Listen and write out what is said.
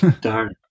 Darn